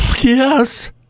yes